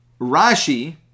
Rashi